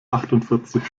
achtundvierzig